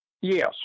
Yes